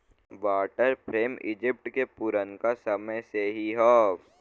water frame Egypt के पुरनका समय से ही हौ